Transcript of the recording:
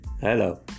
Hello